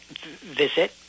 visit